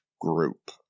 group